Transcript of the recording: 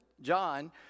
John